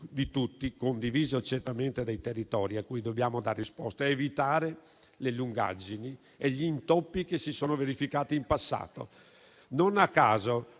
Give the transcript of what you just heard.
di tutti, condiviso certamente dai territori, a cui dobbiamo dare risposte, è evitare le lungaggini e gli intoppi che si sono verificati in passato. Non a caso